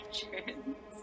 chance